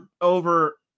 over